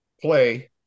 play